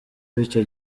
w’icyo